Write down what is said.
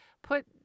put